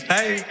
Hey